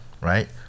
Right